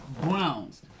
Browns